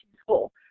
school